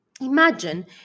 imagine